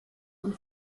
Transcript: und